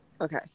Okay